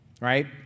right